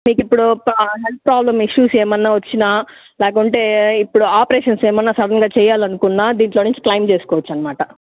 మీకు ఇప్పుడు health problem issues ఏమైనా వచ్చిన లేకుంటే ఇప్పుడు ఆపరేషన్స్ ఏమన్నా సడెన్గా చెయ్యాలి అనుకున్నా దీంట్లో నుంచి క్లెయిమ్ చేసుకోవచ్చు అనమాట